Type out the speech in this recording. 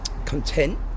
content